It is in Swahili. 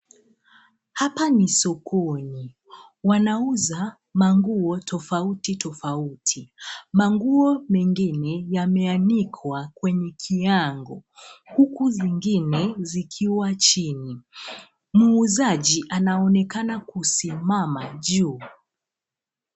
Hapa ni sokoni, wanauza manguo tofauti tofauti manguo mengine yameanikwa kwenye [kiango] huku zingine zikiwa chini. Muuzaji anaonekana kusimama juu.